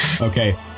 okay